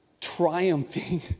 triumphing